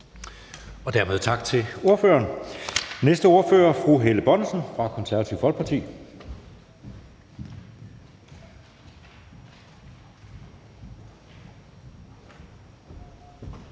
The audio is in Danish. Dermed tak til ordføreren. Næste ordfører er fru Helle Bonnesen fra Det Konservative Folkeparti.